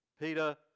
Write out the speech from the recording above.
Peter